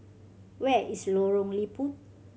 where is Lorong Liput